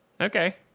okay